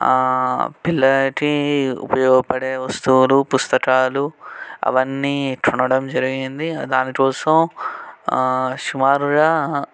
పిల్లలకి ఉపయోగపడే వస్తువులు పుస్తకాలు అవన్నీ కొనడం జరిగింది దానికోసం సుమారుగా